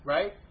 Right